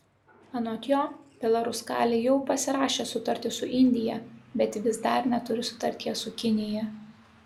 anot jo belaruskalij jau pasirašė sutartį su indija bet vis dar neturi sutarties su kinija